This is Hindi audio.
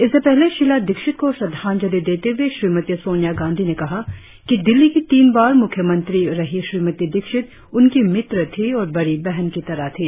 इससे पहले शीला दीक्षित को श्रंद्वांजलि देते हुए श्रीमती सोनिया गांधी ने कहा कि दिल्ली की तीन बार मुख्यमंत्री रही श्रीमती दीक्षित उनकी मित्र थी और बड़ी बहन की तरह थी